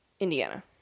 Indiana